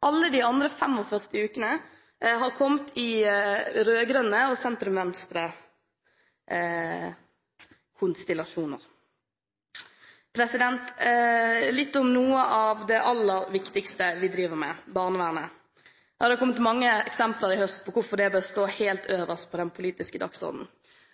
Alle de andre 45 ukene har kommet i rød-grønne og sentrum–venstre-konstellasjoner. Litt om noe av det aller viktigste vi driver med, barnevernet. Det har kommet mange eksempler i høst på hvorfor det bør stå helt øverst på den politiske dagsordenen.